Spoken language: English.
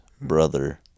brother